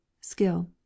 Skill